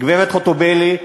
גברת חוטובלי,